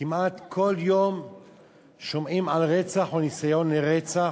כמעט כל יום שומעים על רצח או ניסיון לרצח,